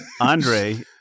Andre